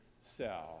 cell